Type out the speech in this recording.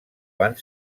van